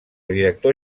director